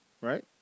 right